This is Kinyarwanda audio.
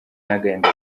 n’agahinda